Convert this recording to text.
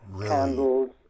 candles